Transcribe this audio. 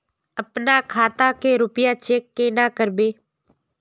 अपना खाता के रुपया चेक केना करबे?